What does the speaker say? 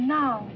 now